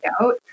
out